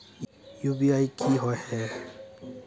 UPI की होय है?